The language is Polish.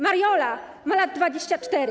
Mariola ma lat 24.